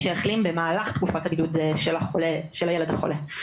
שהחלים במהלך תקופת הבידוד של הילד החולה.